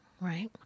right